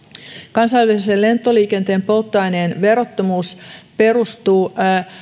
kansainvälisen lentoliikenteen polttoaineen verottomuus perustuu